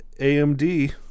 amd